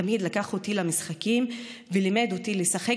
תמיד לקח אותי למשחקים ולימד אותי לשחק